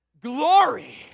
glory